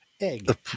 egg